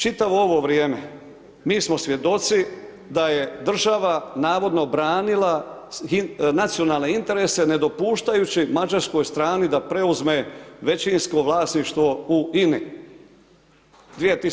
Čitavo ovo vrijeme mi smo svjedoci da je država navodno branila nacionalne interese ne dopuštajući mađarskoj strani da preuzme većinsko vlasništvo u INA-i.